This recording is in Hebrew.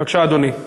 בבקשה, אדוני.